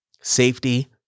Safety